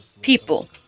people